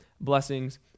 blessings